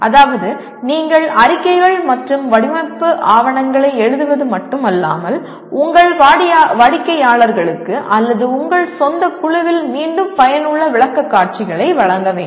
அதாவது நீங்கள் அறிக்கைகள் மற்றும் வடிவமைப்பு ஆவணங்களை எழுதுவது மட்டுமல்லாமல் உங்கள் வாடிக்கையாளர்களுக்கு அல்லது உங்கள் சொந்த குழுவில் மீண்டும் பயனுள்ள விளக்கக்காட்சிகளை வழங்க வேண்டும்